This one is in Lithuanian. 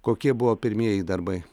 kokie buvo pirmieji darbai